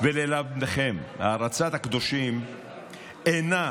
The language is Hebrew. ללמדכם: הערצת הקדושים אינה